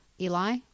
Eli